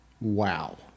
Wow